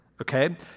Okay